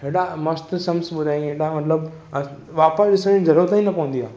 हेॾा मस्तु संम्स ॿुधायांइ हेॾा मतिलबु वापसि ॾिसण जी ज़रूरत ई न पवंदी आहे